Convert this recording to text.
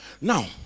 now